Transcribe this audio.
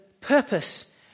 purpose